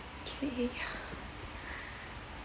okay